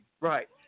Right